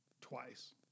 twice